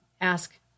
ask